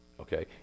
okay